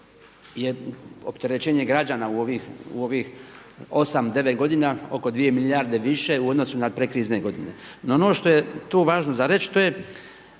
je opterećenje građana u ovih osam, devet godina oko 2 milijarde više u odnosu na predkrizne godine. No ono što je tu važno za reći to je